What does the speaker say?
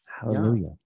Hallelujah